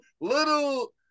little